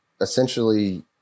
essentially